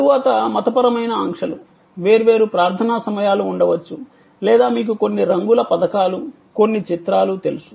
తరువాత మతపరమైన ఆంక్షలు వేర్వేరు ప్రార్థన సమయాలు ఉండవచ్చు లేదా మీకు కొన్ని రంగుల పథకాలు కొన్ని చిత్రాలు తెలుసు